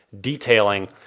detailing